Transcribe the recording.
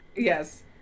Yes